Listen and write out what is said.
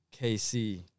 KC